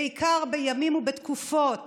בעיקר בימים ובתקופות